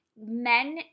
men